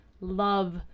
love